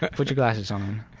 but put your glasses on.